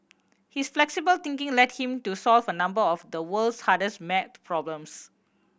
his flexible thinking led him to solve a number of the world's hardest maths problems